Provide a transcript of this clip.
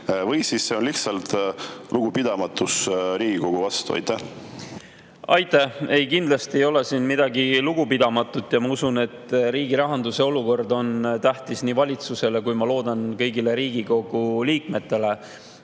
Või siis see on lihtsalt lugupidamatus Riigikogu vastu? Aitäh! Ei, kindlasti ei ole siin mingit lugupidamatust. Ma usun, et riigirahanduse olukord on tähtis nii valitsusele kui ka, ma loodan, kõigile Riigikogu liikmetele.